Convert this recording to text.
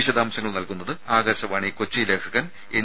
വിശദംശങ്ങൾ നൽകുന്നത് ആകാശവാണി കൊച്ചി ലേഖകൻ എൻ